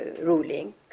ruling